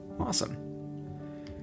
awesome